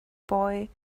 boy